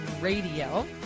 Radio